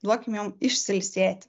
duokim jom išsiilsėti